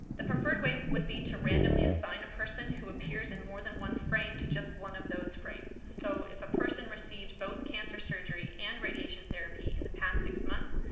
the preferred way would be to randomly assign a person who appears in more than one frame to just one of those frames. so, if a person receives both cancer surgery and radiation therapy in the past six months,